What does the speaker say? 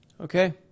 Okay